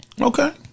Okay